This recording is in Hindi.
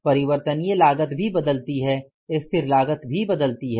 परिवर्तनीय लागत भी बदलती है स्थिर लागत भी बदलती है